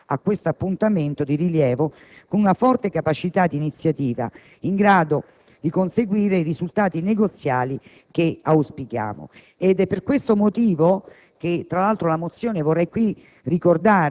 È senz'altro opportuno che l'Italia si presenti a questo appuntamento di rilievo con una forte capacità d'iniziativa in grado di conseguire i risultati negoziali che auspichiamo. Tra l'altro,